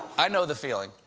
i know the feeling.